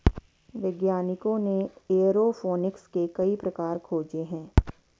वैज्ञानिकों ने एयरोफोनिक्स के कई प्रकार खोजे हैं